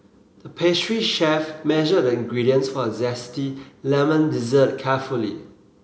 pastry chef measured the ingredients for a zesty lemon dessert carefully